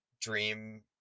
dream